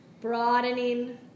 broadening